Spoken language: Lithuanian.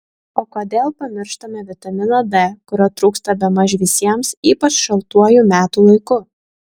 o kodėl pamištame vitaminą d kurio trūksta bemaž visiems ypač šaltuoju metų laiku